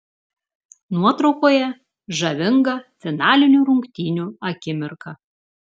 nuotraukoje žavinga finalinių rungtynių akimirka